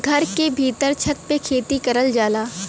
घर के भीत्तर छत पे खेती करल जाला